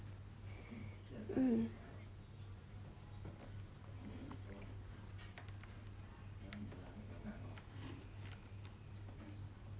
mm